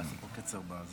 פקודת הבנקאות